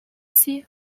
see